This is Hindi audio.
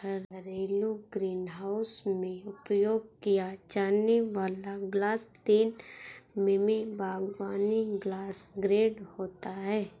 घरेलू ग्रीनहाउस में उपयोग किया जाने वाला ग्लास तीन मिमी बागवानी ग्लास ग्रेड होता है